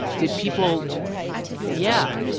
did people yeah.